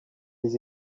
des